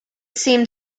seemed